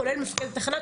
כולל מפקד התחנה,